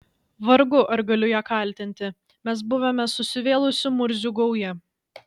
vargu ar galiu ją kaltinti mes buvome susivėlusių murzių gauja